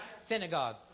Synagogue